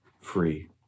free